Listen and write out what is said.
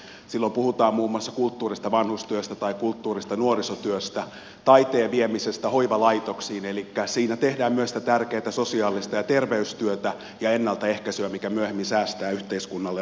silloin puhutaan muun muassa kulttuurista vanhustyössä tai kulttuurista nuorisotyössä taiteen viemisestä hoivalaitoksiin elikkä siinä tehdään myös tätä tärkeää sosiaalista ja terveystyötä ja ennaltaehkäisyä mikä myöhemmin säästää yhteiskunnalle rahaa